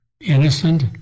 innocent